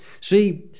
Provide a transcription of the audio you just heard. See